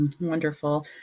Wonderful